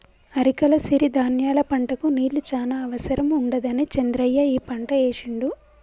అరికల సిరి ధాన్యాల పంటకు నీళ్లు చాన అవసరం ఉండదని చంద్రయ్య ఈ పంట ఏశిండు